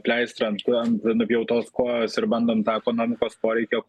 pleistrą ant ant nupjautos kojos ir bandom tą ekonomikos poreikio